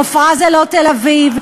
עפרה זה לא תל-אביב.